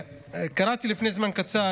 קראתי לפני זמן קצר